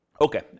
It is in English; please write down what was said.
Okay